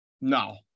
No